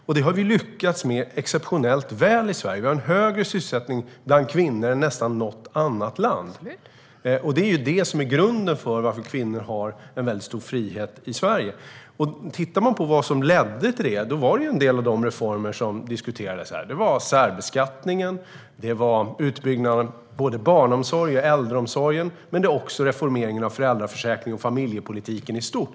I Sverige har vi lyckats exceptionellt väl med detta. Vi har en högre sysselsättning bland kvinnor än nästan något annat land. Detta är grunden till att kvinnor har en väldigt stor frihet i Sverige. Om vi tittar på vad som ledde till detta ser vi att det var en del av de reformer som nämndes tidigare. Det handlar om särbeskattningen, utbyggnaden av både barnomsorg och äldreomsorg liksom reformeringen av föräldraförsäkringen och familjepolitiken i stort.